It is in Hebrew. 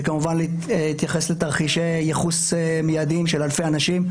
זה כמובן להתייחס לתרחישי ייחוס מידיים של אלפי אנשים,